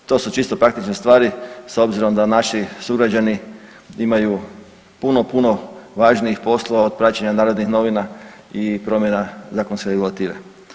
To su čisto praktične stvari s obzirom da naši sugrađani imaju puno, puno važnijih poslova od praćenja Narodnih novina i promjena zakonske regulative.